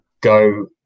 go